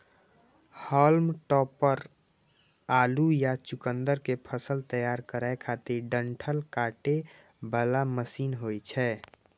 हाल्म topper आलू या चुकुंदर के फसल तैयार करै खातिर डंठल काटे बला मशीन होइ छै